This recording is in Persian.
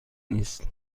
نیست